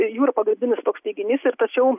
jų ir pagrindinis toks teiginys ir tačiau